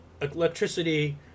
electricity